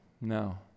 No